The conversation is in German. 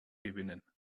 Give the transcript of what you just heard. gewinnen